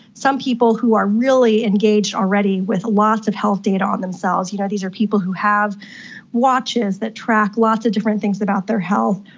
some people who are really engaged already with lots of health data on themselves, you know these are people who have watches that track lots of different things about their health,